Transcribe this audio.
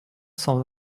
cent